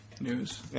News